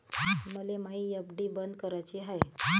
मले मायी एफ.डी बंद कराची हाय